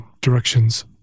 directions